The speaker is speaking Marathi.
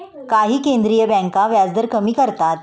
काही केंद्रीय बँका व्याजदर कमी करतात